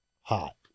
Hot